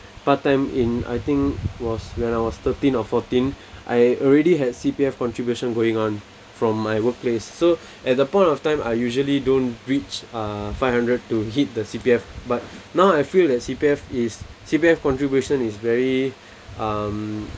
part time in I think was when I was thirteen or fourteen I already had C_P_F contribution going on from my workplace so at the point of time I usually don't reach uh five hundred to hit the C_P_F but now I feel that C_P_F is C_P_F contribution is very um